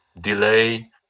delay